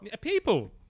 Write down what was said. People